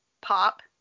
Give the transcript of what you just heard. pop